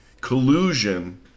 collusion